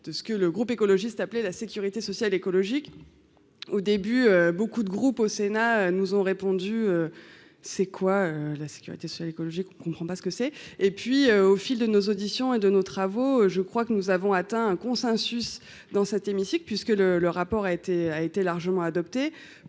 de ce que le groupe écologiste appeler la sécurité sociale, écologique au début, beaucoup de groupes au Sénat nous ont répondu c'est quoi, la sécurité sociale, écologique ne comprends pas ce que c'est et puis, au fil de nos auditions et de nos travaux, je crois que nous avons atteint un consensus dans cet hémicycle, puisque le le rapport a été a été largement adopté